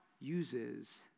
uses